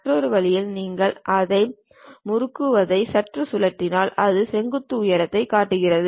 மற்றொரு வழியில் நீங்கள் அதை முறுக்குவதை சற்று சுழற்றினால் அது செங்குத்து உயரத்தை காட்டுகிறது